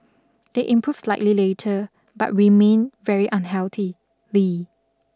they improved slightly later but remained very unhealthy